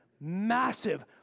Massive